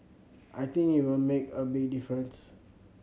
I think it will make a big difference